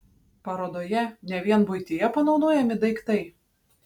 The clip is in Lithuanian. parodoje ne vien buityje panaudojami daiktai